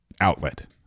outlet